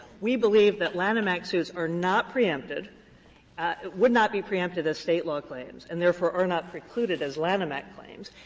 we believe that lanham act suits are not preempted would not be preempted as state law claims, and, therefore, are not precluded as lanham act claims,